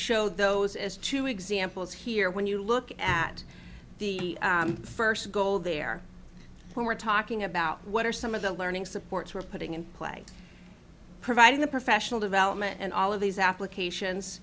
show those as two examples here when you look at the first goal there we're talking about what are some of the learning supports we're putting him play providing the professional development and all of these applications